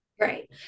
Right